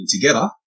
together